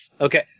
Okay